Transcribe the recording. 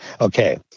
Okay